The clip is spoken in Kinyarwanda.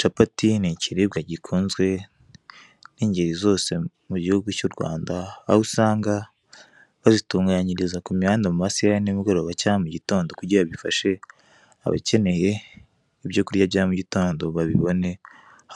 Capati ni ikiribwa gikunzwe n'ingeri zose mugihugu cy'u Rwanda aho usanga bazitunganyiriza kumihanda mumasaha ya nimugoroba cyangwa mugitondo kugirango bifashe abakeneye ibyo kurya bya mugitondo babibone